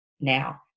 Now